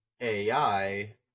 AI